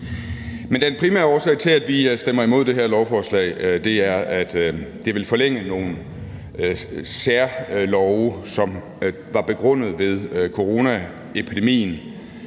Men den primære årsag til, at vi stemmer imod det her lovforslag, er, at det vil forlænge nogle særlove, som var begrundet med coronaepidemien,